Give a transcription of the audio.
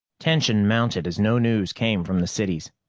tension mounted as no news came from the cities.